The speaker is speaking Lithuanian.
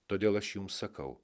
todėl aš jums sakau